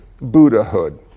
Buddhahood